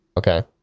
Okay